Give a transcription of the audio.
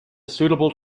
suitable